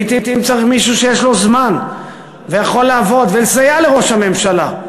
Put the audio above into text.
לעתים צריך מישהו שיש לו זמן והוא יכול לעבוד ולסייע לראש הממשלה,